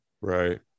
Right